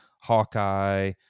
Hawkeye